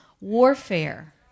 warfare